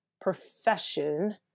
profession